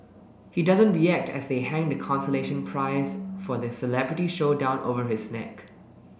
he doesn't react as they hang the consolation prize for the celebrity showdown over his neck